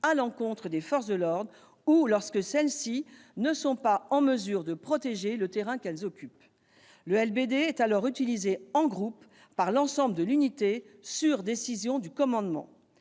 à l'encontre des forces de l'ordre, ou lorsque celles-ci ne sont pas en mesure de protéger le terrain qu'elles occupent. Le LBD est alors utilisé en groupe, par l'ensemble de l'unité, sur décision du commandement.